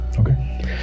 Okay